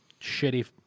shitty